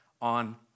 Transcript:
on